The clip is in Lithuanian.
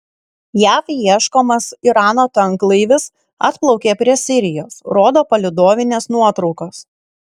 jav ieškomas irano tanklaivis atplaukė prie sirijos rodo palydovinės nuotraukos